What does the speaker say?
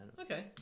okay